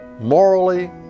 morally